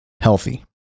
healthy